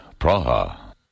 Praha